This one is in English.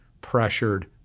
pressured